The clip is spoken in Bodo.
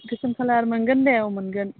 गोसोम कालार मोनगोन दे औ मोनगोन